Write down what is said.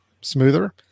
smoother